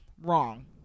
wrong